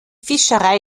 fischerei